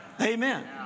Amen